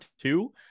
two